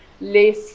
less